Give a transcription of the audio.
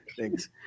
thanks